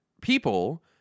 people